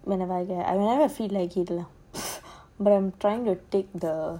நல்லவேளைஅதனாலதான்:nalla vela adhanalathan but I'm trying to take the